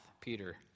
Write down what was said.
Peter